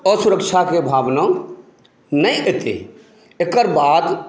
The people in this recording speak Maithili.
असुरक्षाक भावना नहि हेतै एकर बाद